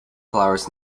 flowers